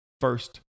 first